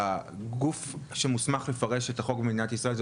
הגוף שמוסמך לפרש את החוק במדינת ישראל זו